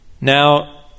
Now